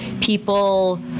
people